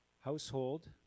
household